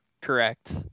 Correct